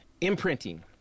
imprinting